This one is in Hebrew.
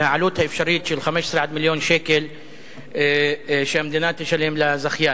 והעלות האפשרית של 15 20 מיליון שקל שהמדינה תשלם לזכיין.